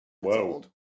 whoa